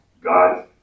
God